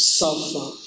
suffer